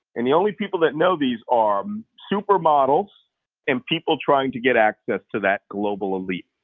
and the only people that know these are supermodels and people trying to get access to that global elite.